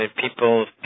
people